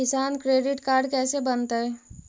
किसान credit card कैसे बनतै?